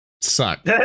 Suck